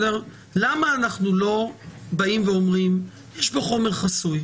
למה אנחנו לא באים ואומרים שיש פה חומר חסוי,